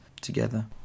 together